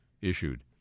issued